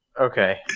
Okay